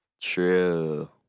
True